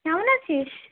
কেমন আছিস